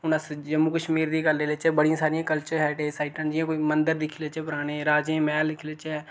हून अस जम्मू कश्मीर दी गल्ल लेई लेचै बड़ियां सरियां कल्चर हेरिटेज साइटां न जि'यां कोई मंदर दिक्खी लेचै पराने राजें मैह्ल दिक्खी लेचै